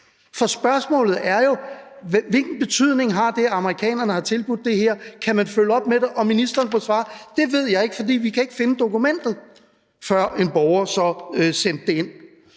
For spørgsmålet er jo: Hvilken betydning har det, at amerikanerne har tilbudt det her? Kan man følge det op med det, ministeren svarede: Det ved jeg ikke, for vi kan ikke finde dokumentet – før en borger så sendte det ind?